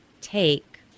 take